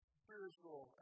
spiritual